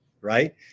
right